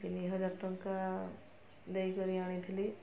ତିନି ହଜାର ଟଙ୍କା ଦେଇକରି ଆଣିଥିଲି